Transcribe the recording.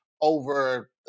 over